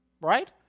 right